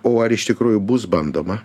o ar iš tikrųjų bus bandoma